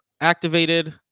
activated